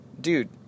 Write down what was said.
dude